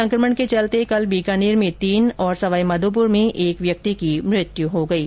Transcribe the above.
संकमण के चलते कल बीकानेर में तीन तथा सवाईमाधोपुर में एक व्यक्ति की मृत्यु हो गयी